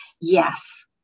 Yes